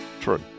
True